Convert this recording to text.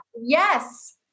Yes